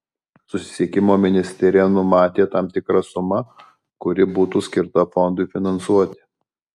susisiekimo ministerija numatė tam tikrą sumą kuri būtų skirta fondui finansuoti